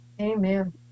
Amen